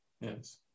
Yes